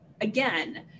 again